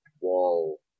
wall